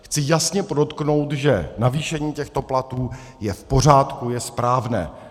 Chci jasně podotknout, že navýšení těchto platů je v pořádku, je správné.